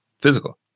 physical